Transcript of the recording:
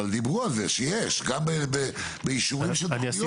אבל דיברו על זה שיש גם באישורים של תוכניות.